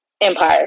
Empire